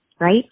right